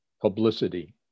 publicity